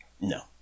No